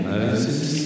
Moses